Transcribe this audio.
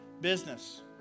business